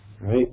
right